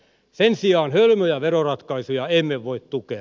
sen sijaan hölmöjä veroratkaisuja emme voi tukea